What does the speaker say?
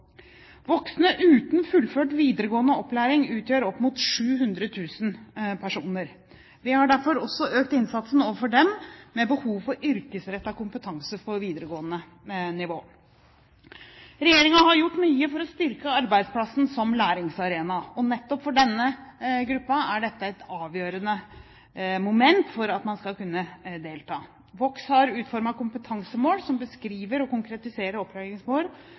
Voksne uten fullført videregående opplæring utgjør opp mot 700 000 personer. Vi har derfor også økt innsatsen overfor dem med behov for yrkesrettet kompetanse på videregående nivå. Regjeringen har gjort mye for å styrke arbeidsplassen som læringsarena, og nettopp for denne gruppen er dette et avgjørende moment for at man skal kunne delta. Vox har utformet kompetansemål som beskriver og konkretiserer opplæringsmål som er egnet som grunnlag for å